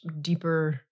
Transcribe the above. deeper